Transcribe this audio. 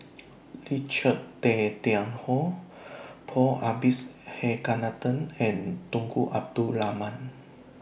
Richard Tay Tian Hoe Paul Abisheganaden and Tunku Abdul Rahman